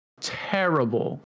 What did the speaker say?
terrible